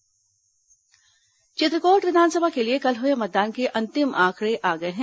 चित्रकोट उपचुनाव चित्रकोट विधानसभा के लिए कल हुए मतदान के अंतिम आंकड़े आ गए हैं